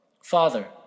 Father